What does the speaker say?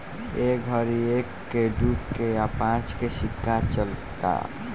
ए घड़ी एक के, दू के आ पांच के सिक्का चलता